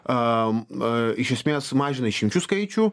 a iš esmės mažina išimčių skaičių